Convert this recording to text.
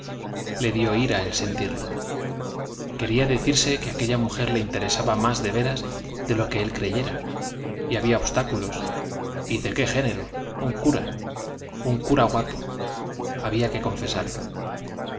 le dio ira el sentirlo quería decirse que aquella mujer le interesaba más de veras de lo que él creyera y había obstáculos y de qué género un cura un cura guapo había que confesarlo